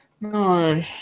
no